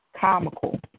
comical